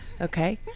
okay